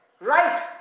right